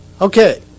Okay